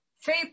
Faith